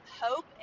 hope